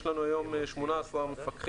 יש לנו היום 18 מפקחים.